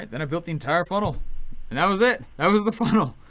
and i built the entire funnel. and that was it, that was the funnel.